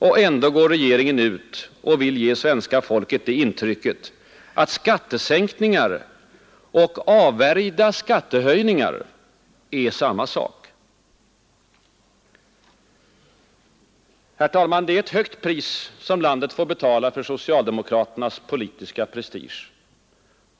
Och ändå går regeringen ut och vill ge svenska folket det intrycket att skattesänkningar och avvärjda skatte höjningar är samma sak. Herr talman! Det är ett högt pris som landet får betala för socialdemokraternas politiska prestige.